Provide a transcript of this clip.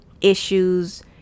issues